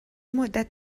مدت